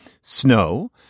snow